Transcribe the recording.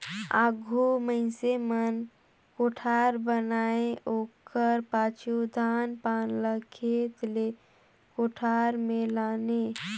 आघु मइनसे मन कोठार बनाए ओकर पाछू धान पान ल खेत ले कोठार मे लाने